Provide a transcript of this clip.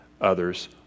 others